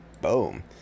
boom